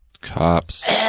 Cops